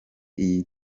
iyi